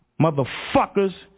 Motherfuckers